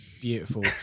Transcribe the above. Beautiful